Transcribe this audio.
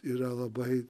yra labai